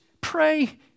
pray